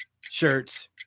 shirts